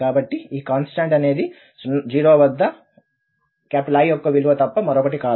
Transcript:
కాబట్టి ఈ కాన్స్టాంట్ అనేది 0 వద్ద I యొక్క విలువ తప్ప మరొకటి కాదు